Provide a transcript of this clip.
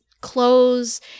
clothes